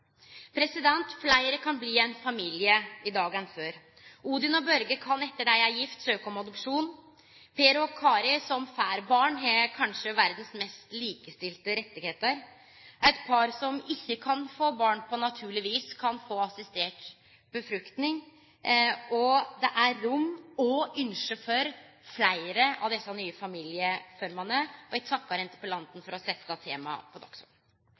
Fleire kan bli ein familie i dag enn før. Odin og Børge kan etter at dei er gifte, søkje om adopsjon. Per og Kari som får barn, har kanskje verdens mest likestilte rettar. Eit par som ikkje kan få barn på naturleg vis, kan få assistert befruktning. Og det er rom for og ynske om fleire av desse nye familieformene. Eg takkar interpellanten for å setje temaet på